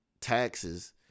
taxes